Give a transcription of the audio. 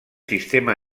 sistema